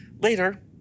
Later